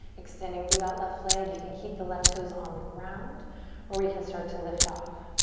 extending through that left leg. you can keep the left toes on the ground or we can start to lift off.